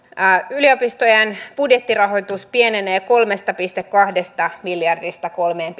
yliopistojen budjettirahoitus pienenee kolmesta pilkku kahdesta miljardista kolmeen